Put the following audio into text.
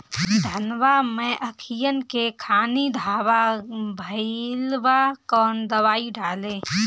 धनवा मै अखियन के खानि धबा भयीलबा कौन दवाई डाले?